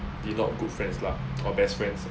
we not good friends lah or best friends